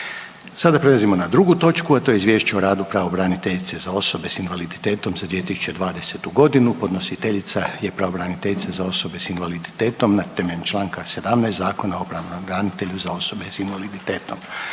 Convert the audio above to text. Sada prelazimo na drugu točku: - Izvješće o radu pravobraniteljice za osobe s invaliditetom za 2020. g.; Podnositeljica je pravobraniteljica za osobe s invaliditetom na temelju čl. 17 Zakona o pravobranitelju za osobe s invaliditetom.